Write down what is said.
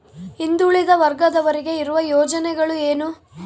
ಹಿಂದುಳಿದ ವರ್ಗದವರಿಗೆ ಇರುವ ಯೋಜನೆಗಳು ಏನು?